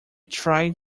tried